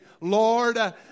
Lord